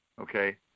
okay